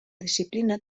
disciplina